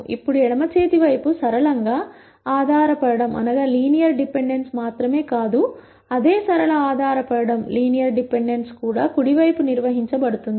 ఇప్పుడు ఎడమ చేతి వైపు సరళంగా ఆధారపడటం మాత్రమే కాదు అదే సరళ ఆధారపడటం కూడా కుడి వైపు నిర్వహించబడుతుంది